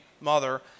mother